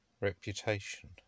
Reputation